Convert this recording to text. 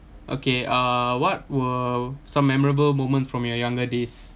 okay uh what were some memorable moments from your younger days